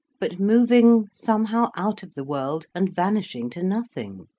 but moving somehow out of the world and vanishing to nothing.